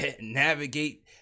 Navigate